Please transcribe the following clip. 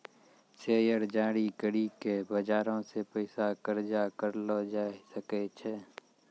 share जारी करि के बजारो से पैसा कर्जा करलो जाय सकै छै